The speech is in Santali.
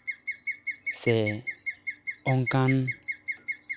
ᱥᱮ ᱚᱱᱠᱟᱱ